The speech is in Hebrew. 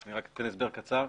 אני אתן הסבר קצר.